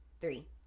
Three